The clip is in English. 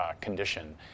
condition